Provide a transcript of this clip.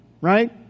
right